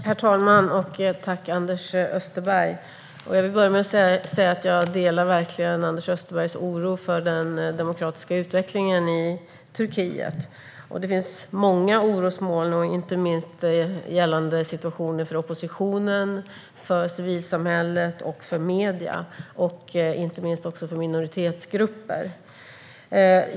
Herr talman! Tack, Anders Österberg! Jag vill börja med att säga att jag verkligen delar Anders Österbergs oro för den demokratiska utvecklingen i Turkiet. Det finns många orosmoln, inte minst gällande situationen för oppositionen, för civilsamhället, för medierna och för minoritetsgrupper.